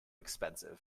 expensive